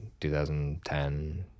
2010